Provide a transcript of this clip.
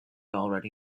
already